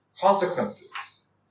consequences